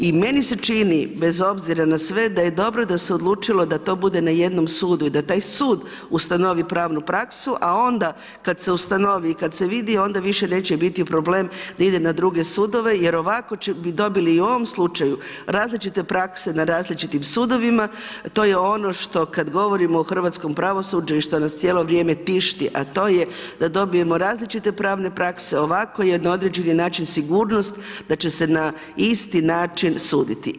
I meni se čini bez obzira na sve da je dobro da se odlučilo da to bude na jednom sudu i da taj sud ustanovi pravnu praksu, a onda kada se ustanovi i kada se vidi onda više neće biti problem da ide na druge sudove jer ovako će dobili i u ovom slučaju različite prakse na različitim sudovima to je ono što kada govorimo o hrvatskom pravosuđu i što nas cijelo vrijeme tišti, a to je da dobijemo različite pravne prakse ovako je na određeni način sigurnost da će se na isti način suditi.